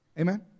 Amen